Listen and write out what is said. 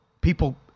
People